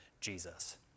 Jesus